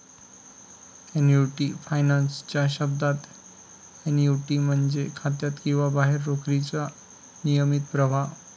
annuity finance च्या शब्दात, annuity म्हणजे खात्यात किंवा बाहेर रोखीचा नियमित प्रवाह